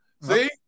See